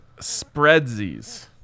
spreadsies